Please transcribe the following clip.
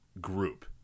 group